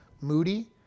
Moody